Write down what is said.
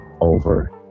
over